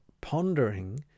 pondering